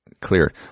clear